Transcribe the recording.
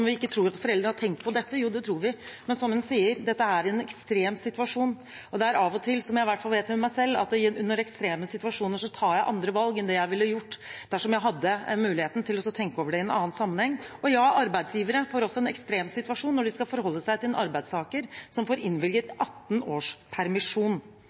vi ikke tror at foreldre har tenkt på dette. Jo, det tror vi. Men som hun sier – dette er en ekstrem situasjon, og jeg vet med meg selv at under ekstreme situasjoner tar jeg av og til andre valg enn jeg ville gjort dersom jeg hadde muligheten til å tenke over det i en annen sammenheng. Arbeidsgivere får også en ekstrem situasjon når de skal forholde seg til en arbeidstaker som får innvilget 18 års permisjon.